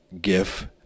GIF